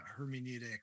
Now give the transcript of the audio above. hermeneutic